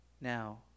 Now